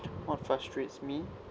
what frustrates me